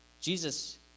Jesus